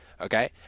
Okay